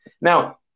Now